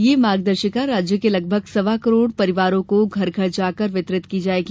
यह मार्गदर्शिका राज्य के लगभग सवा करोड़ परिवारों को घर घर जाकर वितरित की जायेगी